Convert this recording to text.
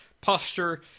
posture